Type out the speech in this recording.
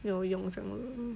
没有用这样